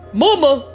mama